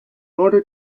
order